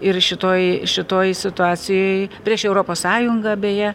ir šitoje šitoj situacijoj prieš europos sąjungą beje